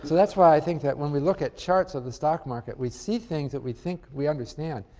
so that's why i think that when we look at charts of the stock market, we see things that we think we understand,